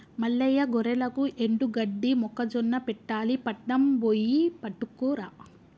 మల్లయ్య గొర్రెలకు ఎండుగడ్డి మొక్కజొన్న పెట్టాలి పట్నం బొయ్యి పట్టుకురా